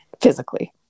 physically